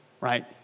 right